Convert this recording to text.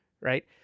Right